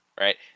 right